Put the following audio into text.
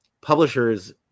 publishers